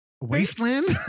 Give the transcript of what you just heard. Wasteland